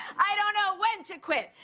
i don't know when to quit.